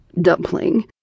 Dumpling